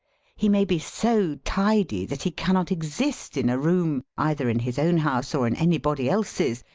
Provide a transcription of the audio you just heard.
he may be so tidy that he cannot exist in a room, either in his own house or in anybody else's,